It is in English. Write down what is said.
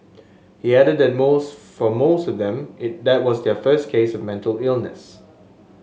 he added that most for most of them it that was their first case of mental illness